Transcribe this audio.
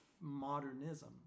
modernism